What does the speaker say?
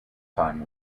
time